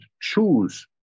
choose